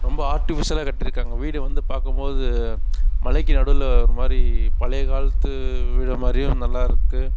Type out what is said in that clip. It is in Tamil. ரொம்ப ஆர்டிஃபிஷியலாக கட்டியிருக்காங்க வீடு வந்து பார்க்கும்போது மலைக்கு நடுவில் ஒரு மாதிரி பழைய காலத்து வீடு மாதிரியும் நல்லாயிருக்கு